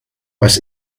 was